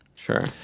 Sure